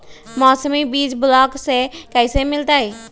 मौसमी बीज ब्लॉक से कैसे मिलताई?